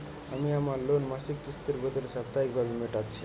আমি আমার লোন মাসিক কিস্তির বদলে সাপ্তাহিক ভাবে মেটাচ্ছি